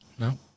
No